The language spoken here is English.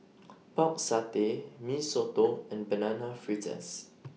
Pork Satay Mee Soto and Banana Fritters